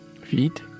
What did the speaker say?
feet